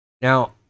Now